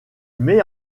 met